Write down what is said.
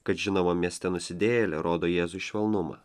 kad žinoma mieste nusidėjėlė rodo jėzui švelnumą